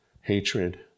hatred